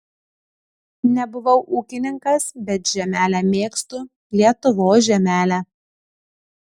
nebuvau ūkininkas bet žemelę mėgstu lietuvos žemelę